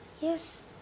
Yes